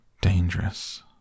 dangerous